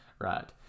right